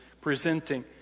presenting